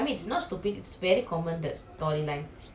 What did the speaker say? storyline common lah நான் அத பாக்கமலை சொல்லுவேன்:naan athey paakemeh solliruven